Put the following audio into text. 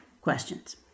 questions